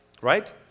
right